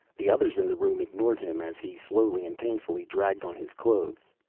the others in the room ignored him as he slowly and painfully dragged on his clothes.